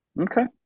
Okay